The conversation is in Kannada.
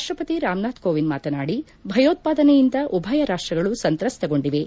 ರಾಷ್ಟಪತಿ ರಾಮನಾಥ್ ಕೋವಿಂದ್ ಮಾತನಾಡಿ ಭಯೋತ್ಪಾದನೆಯಿಂದ ಉಭಯ ರಾಷ್ಟಗಳು ಸಂತ್ರಸ್ತಗೊಂಡಿವೆ